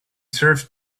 serve